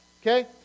Okay